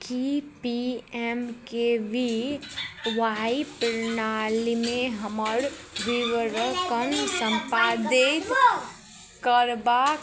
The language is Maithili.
कि P M K V Y प्रणालीमे हमर विवरणके सम्पादित करबाके